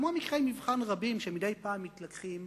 כמו מקרי מבחן רבים שמדי פעם מתלקחים,